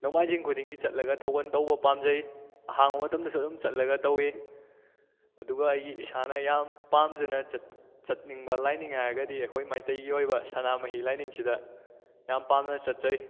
ꯅꯣꯡꯃꯥꯏꯖꯤꯡ ꯈꯨꯗꯤꯡꯒꯤ ꯆꯠꯂꯒ ꯊꯧꯒꯟ ꯇꯧꯕ ꯄꯥꯝꯖꯩ ꯑꯍꯥꯡꯕ ꯃꯇꯝꯗꯁꯨ ꯑꯗꯨꯝ ꯆꯠꯂꯒ ꯇꯧꯏ ꯑꯗꯨꯒ ꯑꯩꯒꯤ ꯏꯁꯥꯅ ꯌꯥꯝ ꯄꯥꯝꯖꯅ ꯆꯠꯅꯤꯡꯕ ꯂꯥꯏꯅꯤꯡ ꯍꯥꯏꯔꯒꯗꯤ ꯑꯩꯍꯣꯏ ꯃꯩꯇꯩꯒꯤ ꯑꯣꯏꯕ ꯁꯅꯥꯃꯍꯤ ꯂꯥꯏꯅꯤꯡꯁꯤꯗ ꯌꯥꯝ ꯄꯥꯝꯅ ꯆꯠꯆꯔꯤ